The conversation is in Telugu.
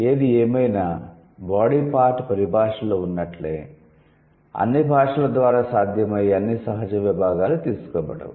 ఏదేమైనా 'బాడీ పార్ట్' పరిభాషలో ఉన్నట్లే అన్ని భాషల ద్వారా సాధ్యమయ్యే అన్ని సహజ విభాగాలు తీసుకోబడవు